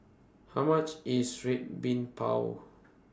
How much IS Red Bean Bao